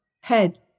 head